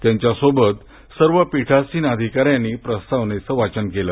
त्यांच्यासोबत सर्व पीठासीन अधिकाऱ्यांनी प्रस्तावनेचं वाचन केलं